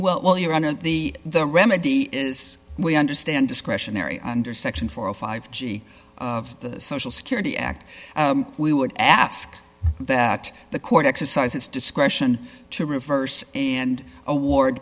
your well your honor the the remedy is we understand discretionary under section four of five g of the social security act we would ask that the court exercise its discretion to reverse and award